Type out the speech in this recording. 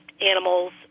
animals